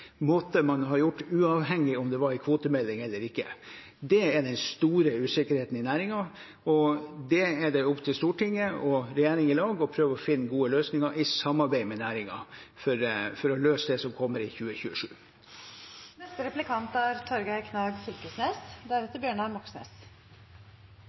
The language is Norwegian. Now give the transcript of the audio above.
måtte man ha gjort uavhengig av om det var en kvotemelding eller ikke. Det er den store usikkerheten i næringen, og det er det opp til Stortinget og regjeringen i lag å prøve å finne gode løsninger på, i samarbeid med næringen, for å løse det som kommer i 2027. Det er